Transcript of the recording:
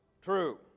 true